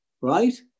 right